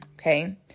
Okay